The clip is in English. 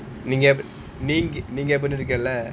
நீ நீங்க:nee neenga